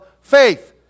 faith